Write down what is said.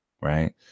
Right